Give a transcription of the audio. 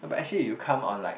but actually you come on like